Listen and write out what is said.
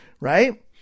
right